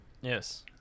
Yes